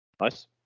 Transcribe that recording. Nice